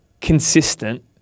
consistent